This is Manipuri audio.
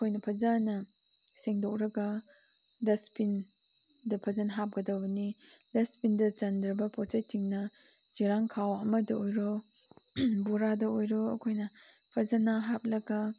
ꯑꯩꯈꯣꯏꯅ ꯐꯖꯅ ꯁꯦꯡꯗꯣꯛꯂꯒ ꯗꯁꯕꯤꯟꯗ ꯐꯖꯅ ꯍꯥꯞꯀꯗꯕꯅꯤ ꯗꯁꯕꯤꯟꯗ ꯆꯟꯗ꯭ꯔꯕ ꯄꯣꯠ ꯆꯩꯁꯤꯡꯅ ꯆꯦꯔꯪꯈꯥꯎ ꯑꯃꯗ ꯑꯣꯏꯔꯣ ꯕꯣꯔꯥꯗ ꯑꯣꯏꯔꯣ ꯑꯩꯈꯣꯏꯅ ꯐꯖꯅ ꯍꯥꯞꯂꯒ